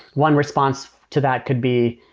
one response to that could be,